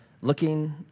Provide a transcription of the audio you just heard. looking